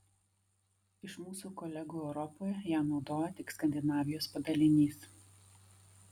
iš mūsų kolegų europoje ją naudoja tik skandinavijos padalinys